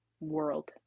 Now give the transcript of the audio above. world